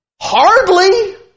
Hardly